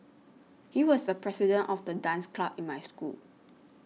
he was the president of the dance club in my school